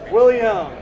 William